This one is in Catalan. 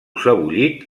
sebollit